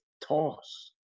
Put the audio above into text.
toss